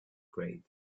grade